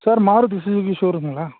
sir Maruti Suzuki ஷோரூமுங்களா